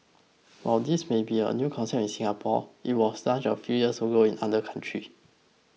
while this may be a new concept in Singapore it was launched a few years ago in other countries